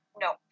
No